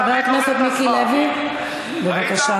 חבר הכנסת מיקי לוי, בבקשה.